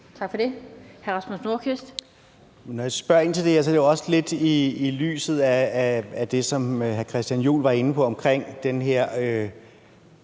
Kl. 20:28 Rasmus Nordqvist (SF): Når jeg spørger ind til det her, er det også lidt i lyset af det, som hr. Christian Juhl var inde på, om den her